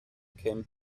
came